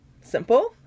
simple